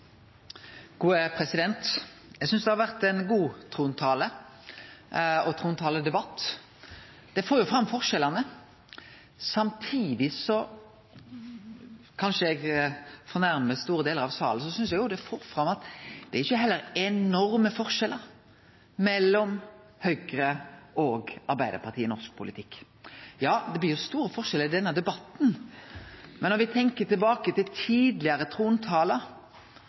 Eg synest det har vore ein god trontale og ein god trontaledebatt. Det får fram forskjellane. Samtidig – kanskje eg fornærmar store delar av salen – synest eg òg det får fram at det heller ikkje er enorme forskjellar mellom Høgre og Arbeidarpartiet i norsk politikk. Det blir store forskjellar i denne debatten, men når me tenkjer tilbake til tidlegare